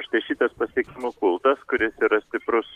štai šitas pasiekimų kultas kuris yra stiprus